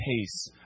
pace